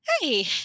Hey